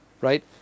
right